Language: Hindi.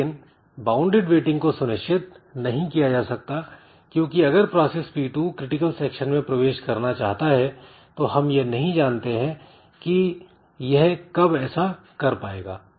लेकिन वाउंडेड वेटिंग को सुनिश्चित नहीं किया जा सकता क्योंकि अगर प्रोसेस P2 क्रिटिकल सेक्शन में प्रवेश करना चाहता है तो हम यह नहीं जानते हैं कि यह कब ऐसा कर पाएगा